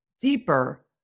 deeper